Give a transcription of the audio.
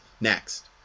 next